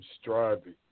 striving